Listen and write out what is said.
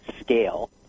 scale